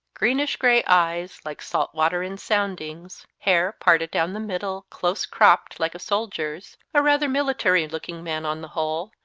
greenish-grey eyes like salt water in soundings, hair parted down the middle, close-cropped, like a soldier's a rather military-looking man on the whole,